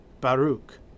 Baruch